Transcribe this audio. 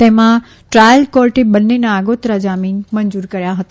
તેમાં ટ્રાયલ કોર્ટે બંનેના આગોતરા જામીન મંજૂર કર્યા હતા